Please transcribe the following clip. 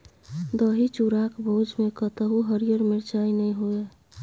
दही चूड़ाक भोजमे कतहु हरियर मिरचाइ नै होए